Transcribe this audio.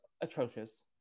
atrocious